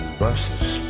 buses